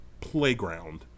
Playground